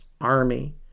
army